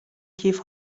کیف